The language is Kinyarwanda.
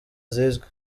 zizwi